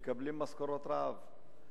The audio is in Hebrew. מקבלים משכורות רעב?